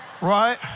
right